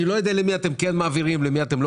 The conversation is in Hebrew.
אני לא יודע למי אתם כן מעבירים ולמי אתם לא